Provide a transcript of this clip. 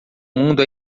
mundo